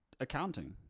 Accounting